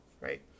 right